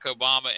Obama